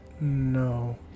no